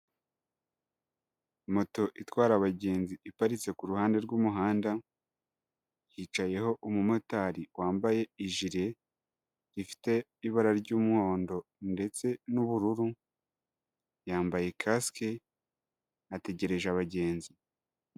Moto itwara abagenzi iparitse ku ruhande rw'umuhanda, hicayeho umumotari wambaye ijire ifite ibara ry'umuhondo ndetse n'ubururu, yambaye kasike, ategereje abagenzi.